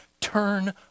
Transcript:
Turn